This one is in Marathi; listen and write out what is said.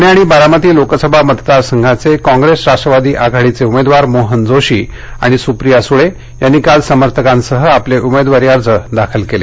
पुणे आणि बारामती लोकसभा मतदार संघाचे काँग्रेस राष्ट्रवादी आघाडीचे उमेदवार मोहन जोशी आणि सुप्रिया सुळे यांनी काल समर्थकांसह आपले उमेदवारी अर्ज दाखल केले